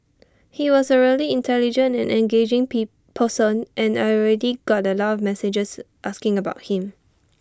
he was A really intelligent and engaging pee person and I already got A lot of messages asking about him